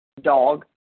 Dog